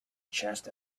chest